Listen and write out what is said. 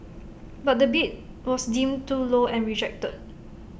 but the bid was deemed too low and rejected